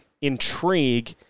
intrigue